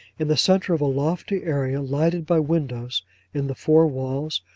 in the centre of a lofty area, lighted by windows in the four walls,